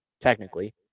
technically